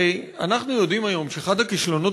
הרי אנחנו יודעים היום שאחד הכישלונות